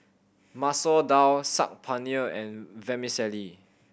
Masoor Dal Saag Paneer and Vermicelli